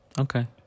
Okay